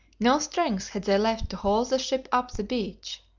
no strength had they left to haul the ship up the beach.